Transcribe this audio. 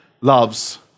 loves